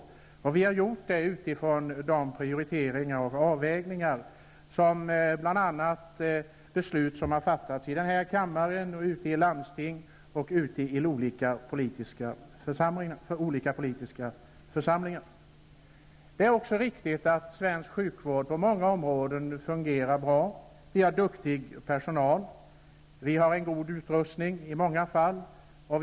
Det har vi gjort utifrån de prioriteringar och avvägningar som det har beslutats om i denna kammare, i landsting och ute i olika politiska församlingar. Det är riktigt att svensk sjukvård på många områden fungerar bra. Personalen är duktig, och utrustningen är i många fall god.